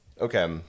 Okay